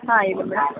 ಹಾಂ ಇವಾಗ